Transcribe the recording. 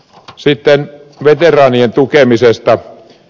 sitten veteraanien tukemisesta